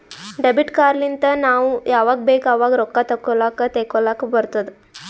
debit card ಲಿಂತ್ ನಾವ್ ಯಾವಾಗ್ ಬೇಕ್ ಆವಾಗ್ ರೊಕ್ಕಾ ತೆಕ್ಕೋಲಾಕ್ ತೇಕೊಲಾಕ್ ಬರ್ತುದ್